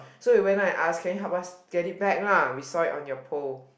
so we went down and ask can you help us get it back lah we saw it on your pole